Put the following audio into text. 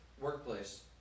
workplace